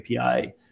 API